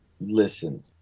listen